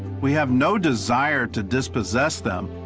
we have no desire to dispossess them.